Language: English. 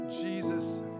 jesus